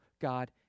God